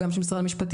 גם של משרד המשפטים,